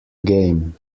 game